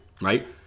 right